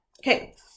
Okay